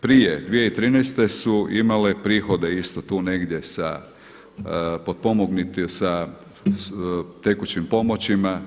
Prije 2013. su imale prihode isto tu negdje sa potpomognuto sa tekućim pomoćima.